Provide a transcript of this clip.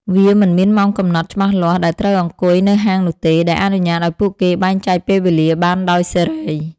វាមិនមានម៉ោងកំណត់ច្បាស់លាស់ដែលត្រូវអង្គុយនៅហាងនោះទេ ដែលអនុញ្ញាតឱ្យពួកគេបែងចែកពេលវេលាបានដោយសេរី។